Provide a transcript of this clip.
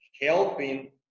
helping